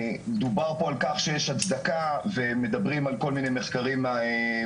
דובר פה על כך שיש הצדקה ומדברים על כל מיני מחקרים בעולם.